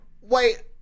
wait